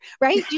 right